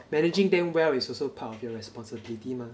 managing them well is also part of your responsibility mah